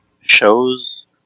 shows